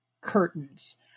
curtains